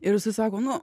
ir jisai sako nu